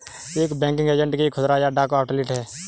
एक banking agent एक खुदरा या डाक आउटलेट है